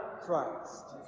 Christ